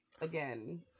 again